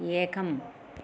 एकम्